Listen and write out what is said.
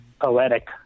poetic